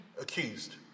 accused